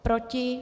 Proti?